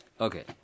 Okay